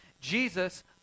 Jesus